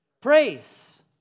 Praise